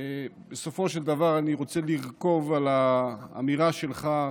בסופו של דבר אני רוצה לרכוב על האמירה שלך,